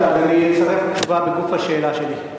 אני אצרף את התשובה בגוף השאלה שלי.